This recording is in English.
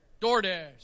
DoorDash